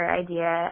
idea